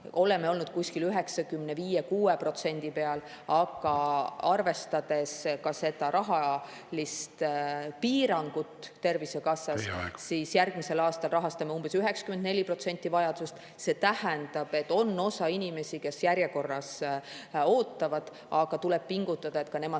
Oleme olnud kuskil 95–96% peal, aga arvestades ka rahalist piirangut Tervisekassas, rahastame järgmisel aastal umbes 94% vajadusest. See tähendab, et on [palju] inimesi, kes järjekorras ootavad, aga tuleb pingutada, et ka nemad